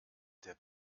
der